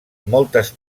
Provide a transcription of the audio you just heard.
moltes